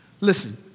Listen